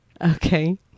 Okay